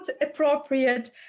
appropriate